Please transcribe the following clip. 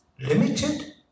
limited